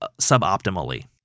suboptimally